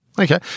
Okay